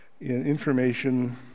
information